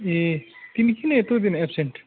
ए तिमी किन यत्रो दिन एबसेन्ट